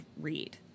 read